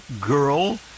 girl